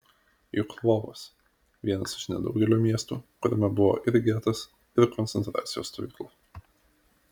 juk lvovas vienas iš nedaugelio miestų kuriame buvo ir getas ir koncentracijos stovykla